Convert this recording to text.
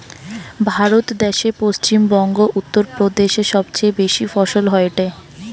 ভারত দ্যাশে পশ্চিম বংগো, উত্তর প্রদেশে সবচেয়ে বেশি ফলন হয়টে